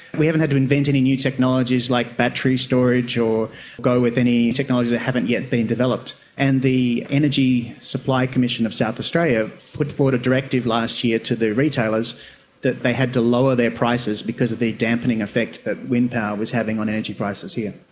we haven't had to invent any new technologies like battery storage or go with any technologies that haven't yet been developed. and the energy supply commission of south australia put forward a directive last year to the retailers that they had to lower their prices because of the dampening effect that wind power was having on energy prices here.